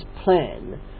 plan